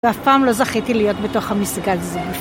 ואף פעם לא זכיתי להיות בתוך המסגד הזה